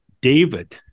David